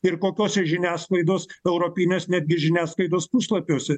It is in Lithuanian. ir kokiose žiniasklaidos europiniuos netgi žiniasklaidos puslapiuose